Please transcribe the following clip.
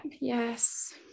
yes